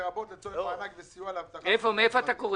לרבות לצורך מענק סיוע להבטחת --- אבל